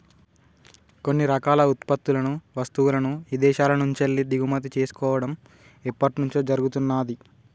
కొన్ని రకాల ఉత్పత్తులను, వస్తువులను ఇదేశాల నుంచెల్లి దిగుమతి చేసుకోడం ఎప్పట్నుంచో జరుగుతున్నాది